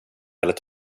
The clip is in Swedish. eller